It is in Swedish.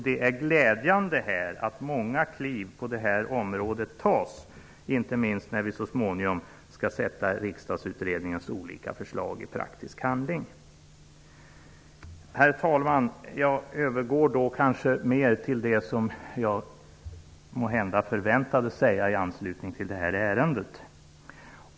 Det är glädjande att många kliv på detta område tas, inte minst när vi så småningom skall sätta Riksdagsutredningens olika förslag i praktisk handling. Herr talman! Jag övergår nu till det som jag måhända förväntades tala om i anslutning till detta ärende.